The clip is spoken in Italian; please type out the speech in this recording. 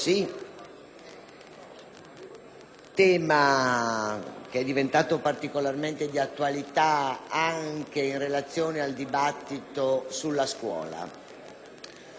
tema che è diventato particolarmente di attualità anche in relazione al dibattito sulla scuola.